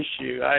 issue